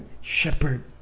shepherd